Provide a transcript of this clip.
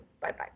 Bye-bye